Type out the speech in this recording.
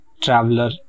traveler